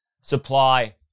supply